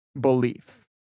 belief